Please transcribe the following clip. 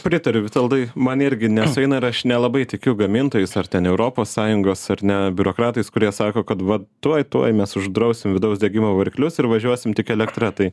pritariu vitoldai man irgi nesueina ir aš nelabai tikiu gamintojais ar ten europos sąjungos ar ne biurokratais kurie sako kad va tuoj tuoj mes uždrausim vidaus degimo variklius ir važiuosim tik elektra tai